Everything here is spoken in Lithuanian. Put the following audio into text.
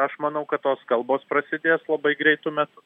aš manau kad tos kalbos prasidės labai greitu metu